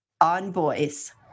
Envoys